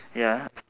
ya